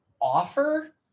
offer